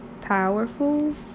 powerful